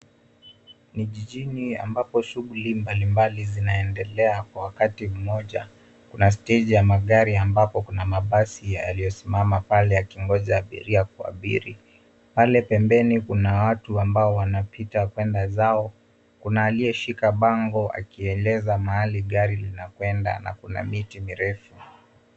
Ni jijini ambapo shughuli mbalimbali zinaendelea, kwa wakati mmoja. Kuna steji ya magari ambapo kuna mabasi yaliyosimama pale, yakingoja abiria kuabiri. Pale pembeni kuna watu ambao wanapita kwenda zao. Kuna aliyeshika bango, akieleza mahali gari linakwenda, na kuna miti mirefu.